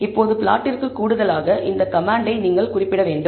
இப்போது பிளாட்டிற்கு கூடுதலாக இந்த கமாண்டை நீங்கள் குறிப்பிட வேண்டும்